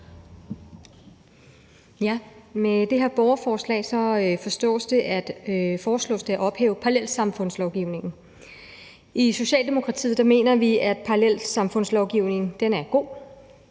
Med det her borgerforslag foreslås det at ophæve parallelsamfundslovgivningen. I Socialdemokratiet mener vi, at parallelsamfundslovgivningen er god.